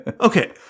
Okay